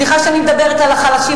סליחה שאני מדברת על החלשים,